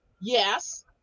Yes